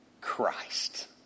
Christ